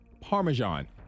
Parmesan